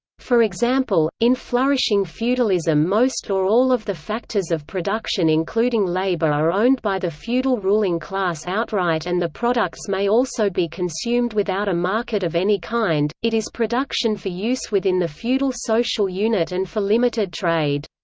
for example, in flourishing feudalism most or all of the factors of production including labour are owned by the feudal ruling class outright and the products may also be consumed without a market of any kind, it is production for use within the feudal social unit and for limited trade.